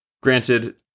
Granted